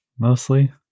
Mostly